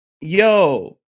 Yo